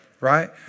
right